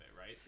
right